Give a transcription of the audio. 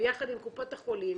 ביחד עם קופות החולים